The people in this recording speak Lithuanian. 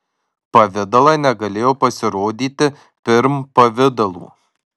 pavidalai negalėjo pasirodyti pirm pavidalų